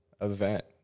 event